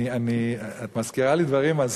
את מזכירה לי דברים,